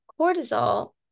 Cortisol